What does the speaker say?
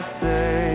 say